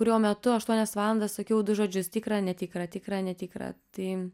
kurio metu aštuonias valandas sakiau du žodžius tikra netikra tikra netikra tai